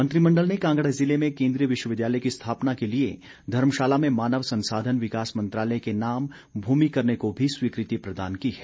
मंत्रिमंडल ने कांगड़ा जिले में केन्द्रीय विश्वविद्यालय की स्थापना के लिए धर्मशाला में मानव संसाधन विकास मंत्रालय के नाम भूमि करने को भी स्वीकृति प्रदान की है